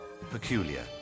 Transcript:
peculiar